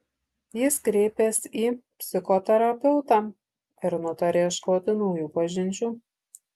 jis kreipėsi į psichoterapeutą ir nutarė ieškoti naujų pažinčių